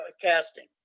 casting